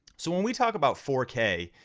so when we talk about four k,